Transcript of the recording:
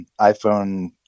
iPhone